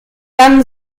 dann